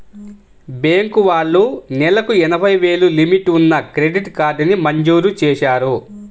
bank వాళ్ళు నెలకు ఎనభై వేలు లిమిట్ ఉన్న క్రెడిట్ కార్డుని మంజూరు చేశారు